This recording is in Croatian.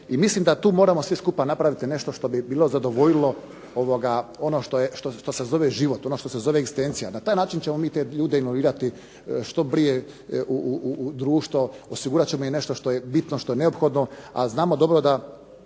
mislim da tu moramo svi skupa napraviti nešto što bi bilo zadovoljilo ono što se zove život, ono što se zove egzistencija. Na način ćemo mi te ljude …/Ne razumije se./… što prije u društvo, osigurat ćemo im nešto što je bitno, što je neophodno, a znamo dobro da